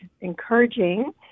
encouraging